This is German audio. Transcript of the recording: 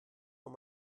von